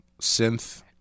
synth